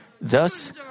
Thus